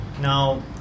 Now